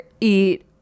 eat